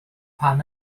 pan